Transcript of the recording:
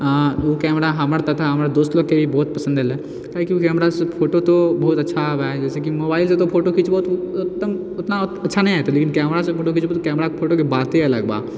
ओ camera हमर तथा हमर दोस्त लोकके भी बहुत पसन्द एलै एहि कियाकि हमरासँ फोटो तऽ बहुत अच्छा आबै जैसे कि मोबाइलसँ तऽ फोटो खिचबौ तऽ ओ ओतना अच्छा नहि ऐतऽ लेकिन कैमरासँ तऽ फोटो खिचबऽ तऽ कैमराके फोटोके बाते अलग बा